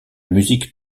musique